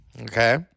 okay